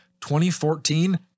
2014